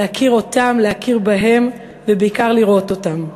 להכיר אותם, להכיר בהם, ובעיקר לראות אותם.